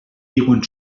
diuen